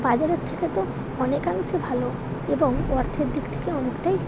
বাজারের থেকে তো অনেকাংশে ভালো এবং অর্থের দিক থেকে অনেকটাই